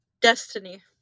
destiny